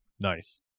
Nice